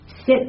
Sit